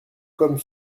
comme